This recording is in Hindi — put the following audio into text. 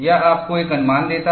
यह आपको एक अनुमान देता है